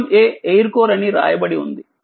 చిత్రం a air core అని రాయబడి ఉంది